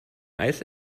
eis